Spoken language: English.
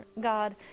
God